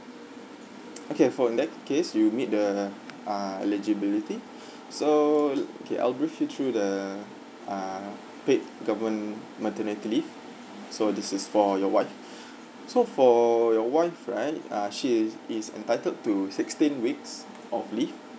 okay for in that case you meet the ah eligibility so okay I'll brief you through the ah paid government maternity leave so this is for your wife so for your wife right ah she is is entitled to sixteen weeks of leave